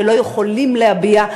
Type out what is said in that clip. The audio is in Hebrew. שלא יכולים להביע,